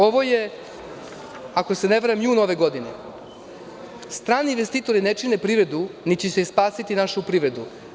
Ovo je, ako se ne varam jul ove godine – strani investitori ne čine privredu, niti će spasiti našu privredu.